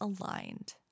aligned